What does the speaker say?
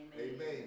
Amen